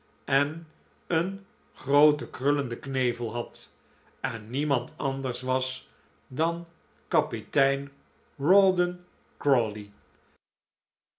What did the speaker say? en een grooten krullenden knevel had en niemand anders was dan kapitein